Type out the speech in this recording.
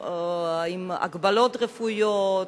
עם הגבלות רפואיות,